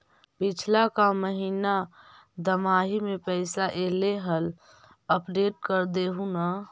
पिछला का महिना दमाहि में पैसा ऐले हाल अपडेट कर देहुन?